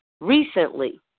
recently